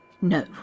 no